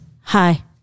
hi